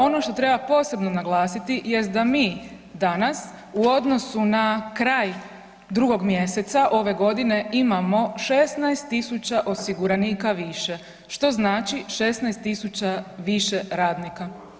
Ono što treba posebno naglasiti jest da mi danas u odnosu na kraj 2. mjeseca ove godine imamo 16 tisuća osiguranika više, što znači 16 tisuća više radnika.